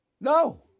no